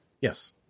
Yes